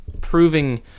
proving